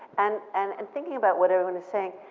and and and thinking about what everyone is saying,